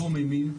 חום אימים,